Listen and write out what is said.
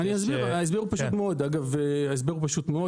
ההסבר מאוד פשוט,